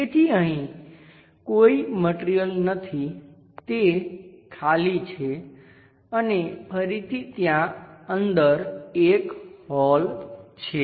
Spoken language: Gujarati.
તેથી અહીં કોઈ મટિરિયલ નથી તે ખાલી છે અને ફરીથી ત્યાં અંદર એક હોલ છે